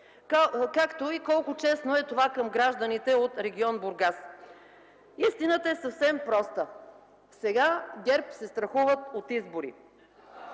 както и колко честно е това към гражданите от регион Бургас. Истината е съвсем проста – сега ГЕРБ се страхуват от избори.